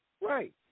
right